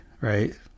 right